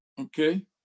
okay